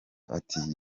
ati